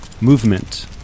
movement